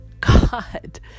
God